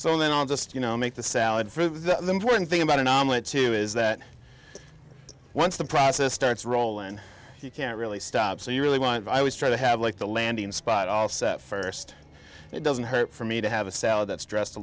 so then i'll just you know make the salad for the one thing about an omelet too is that once the process starts roland you can't really stop so you really want i always try to have like the landing spot all set first it doesn't hurt for me to have a salad that's dressed a